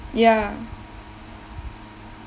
ya